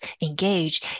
engage